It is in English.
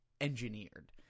engineered